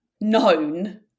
known